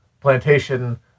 plantation